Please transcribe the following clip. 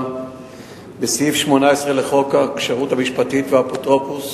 בסעיף 18 לחוק הכשרות המשפטית והאפוטרופסות,